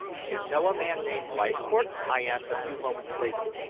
you know a man named leithcourt? i asked a few moments later.